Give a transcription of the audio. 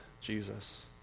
Jesus